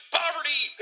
poverty